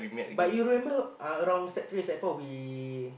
but you remember around Sec three Sec four we